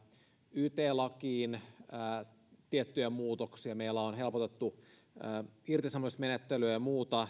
yt lakiin tiettyjä muutoksia meillä on helpotettu irtisanomismenettelyä ja muuta